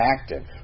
active